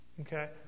Okay